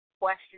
question